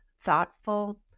thoughtful